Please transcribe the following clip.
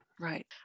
Right